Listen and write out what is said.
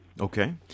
Okay